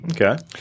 okay